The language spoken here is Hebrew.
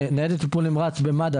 ניידת טיפול נמרץ במד"א,